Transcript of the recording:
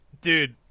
dude